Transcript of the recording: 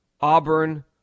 Auburn